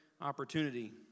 opportunity